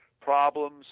problems